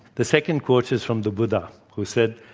the second quote is from the buddha, who said,